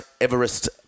Everest